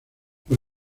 por